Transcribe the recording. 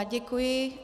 Děkuji.